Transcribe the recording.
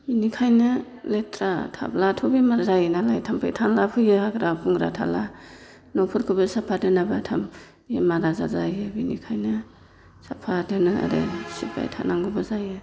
बेनिखायनो लेथ्रा थाब्लाथ' बेमार जायो नालाय थाम्फै थामला फैयो हाग्रा बंग्रा थाब्ला न'फोरखौबो साफा दोनाबा बेमार आजार जायो बेनिखायनो साफा दोनो आरो सिबबाय थानांगौबो जायो